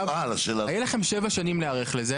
היה לכם שבע שנים להיערך לזה,